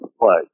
play